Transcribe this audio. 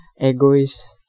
egoist